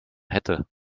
hätte